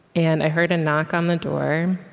and i heard a knock on the door,